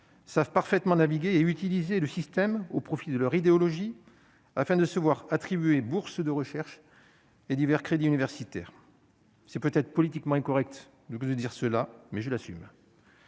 savent parfaitement naviguer et utiliser le système au profit de leur idéologie afin de se voir attribuer bourses de recherche, les divers crédits universitaires, c'est peut-être politiquement incorrect, donc je veux dire cela, mais je l'assume.